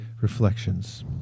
reflections